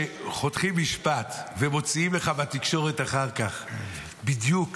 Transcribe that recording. שחותכים משפט ומוציאים לך בתקשורת אחר כך בדיוק